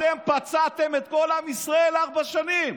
אתם פצעתם את כל עם ישראל ארבע שנים.